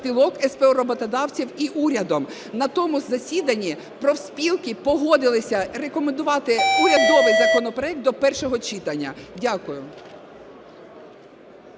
СПО роботодавців і урядом. На тому засіданні профспілки погодилися рекомендувати урядовий законопроект до першого читання. Дякую.